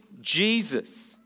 Jesus